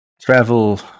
travel